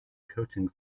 coaching